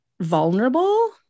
vulnerable